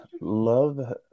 Love